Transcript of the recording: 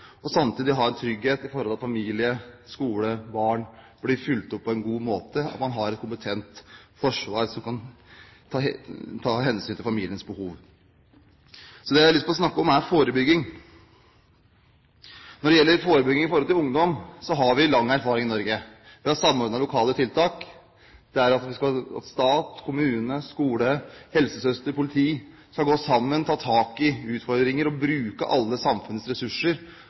og samtidig ha en trygghet med tanke på familie, skole og unger – det å bli fulgt opp på en god måte og ha et kompetent forsvar som kan ta hensyn til familiens behov. Det jeg har lyst til å snakke om, er forebygging. Når det gjelder forebygging med tanke på ungdom, har vi lang erfaring i Norge. Vi har samordnede lokale tiltak, det at stat, kommune, skole, helsesøster og politi går sammen og bruker alle samfunnets ressurser for å løse ungdomsutfordringer. De fire største forsvarskommunene våre – hærkommunene, to i Troms og